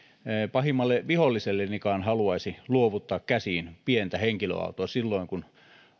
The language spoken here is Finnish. pahimmalle vihollisellenikaan haluaisi luovuttaa käsiin pientä henkilöautoa silloin kun